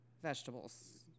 vegetables